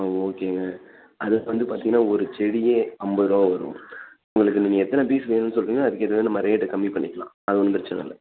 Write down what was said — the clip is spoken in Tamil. ஓகேங்க அது வந்து பார்த்தீங்கன்னா ஒரு செடியே ஐம்பது ரூபா வரும் உங்களுக்கு நீங்கள் எத்தனை பீஸ் வேணுன்னு சொல்றீங்களோ அதுக்கேற்றது நம்ம ரேட்டு கம்மிப் பண்ணிக்கலாம் அது ஒன்றும் பிரச்சனை இல்லை